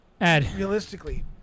Realistically